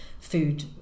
food